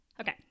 Okay